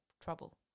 trouble